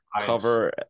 cover